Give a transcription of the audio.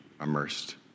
immersed